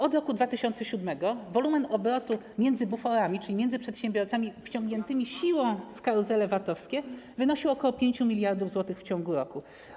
Od roku 2007 wolumen obrotu między buforami, czyli między przedsiębiorcami wciągniętymi siłą w karuzele VAT-owskie, wynosił ok. 5 mld zł w ciągu roku.